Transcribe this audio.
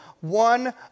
one